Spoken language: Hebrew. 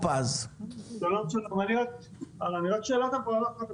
רק שאלת הבהרה אחת.